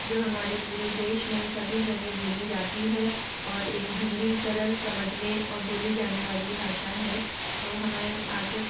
जो हमारे पूरे देश में सभी जगह बोली जाती है और एक हिंदी सरल समझने और बोली जाने वाली भाषा है तो हमें बात